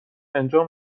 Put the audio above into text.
انجام